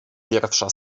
pierwsza